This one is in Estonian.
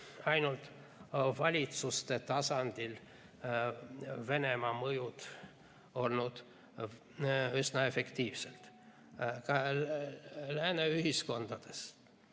ainult valitsuste tasandil Venemaa mõju olnud üsna efektiivne. Ka lääne ühiskondades